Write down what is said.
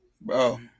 Bro